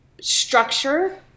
structure